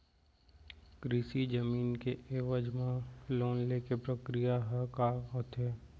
कृषि जमीन के एवज म लोन ले के प्रक्रिया ह का होथे?